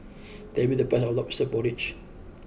tell me the price of Lobster Porridge